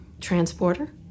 Transporter